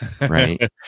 right